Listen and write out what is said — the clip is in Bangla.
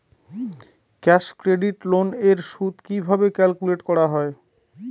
ক্যাশ ক্রেডিট লোন এর সুদ কিভাবে ক্যালকুলেট করা হয়?